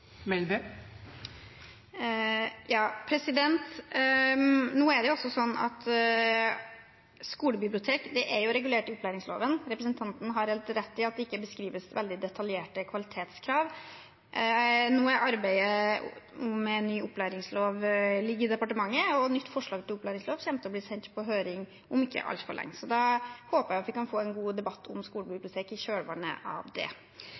Nå er skolebibliotek regulert i opplæringsloven. Representanten Øvstegård har helt rett i at det ikke beskrives veldig detaljerte kvalitetskrav. Arbeidet med ny opplæringslov ligger i departementet nå, og nytt forslag til opplæringslov kommer til å bli sendt på høring om ikke altfor lenge, så da håper jeg vi kan få en god debatt om skolebibliotek i kjølvannet av det.